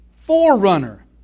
forerunner